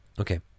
Okay